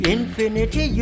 Infinity